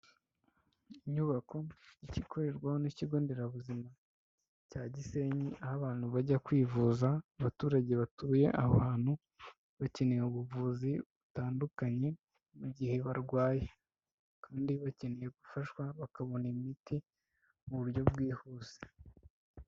inyubako ikikorerwaho n'ikigo nderabuzima cya Gisenyi, aho abantu bajya kwivuza, abaturage batuye aho hantu bakeneye ubuvuzi butandukanye mu gihe barwaye, kandi bakeneye gufashwa bakabona imiti mu buryo bwihuse.